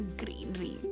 greenery।